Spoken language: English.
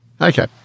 Okay